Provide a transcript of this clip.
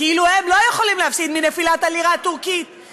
כאילו הם לא יכולים להפסיד מנפילת הלירה הטורקית,